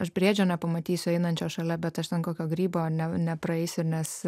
aš briedžio nepamatysiu einančio šalia bet aš ten kokio grybo ne nepraeis ir nes